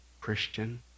Christian